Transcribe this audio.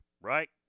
right